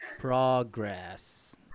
Progress